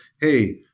hey